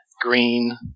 green